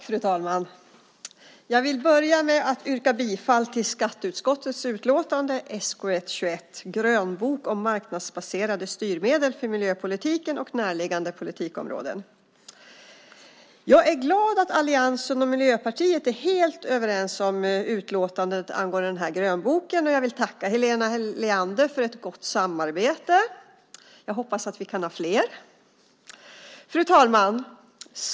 Fru talman! Jag vill börja med att yrka bifall till skatteutskottets utlåtande SkU21 Grönbok om marknadsbaserade styrmedel för miljöpolitiken och näraliggande politikområden . Jag är glad att alliansen och Miljöpartiet är helt överens om utlåtandet angående grönboken, och jag vill tacka Helena Leander för ett gott samarbete. Jag hoppas att vi kan ha fler sådana. Fru talman!